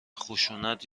خشونت